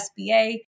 SBA